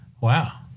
Wow